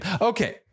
Okay